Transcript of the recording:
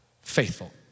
faithful